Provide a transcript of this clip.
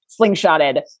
slingshotted